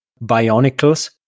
Bionicles